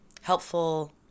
helpful